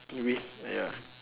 with ya